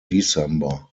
december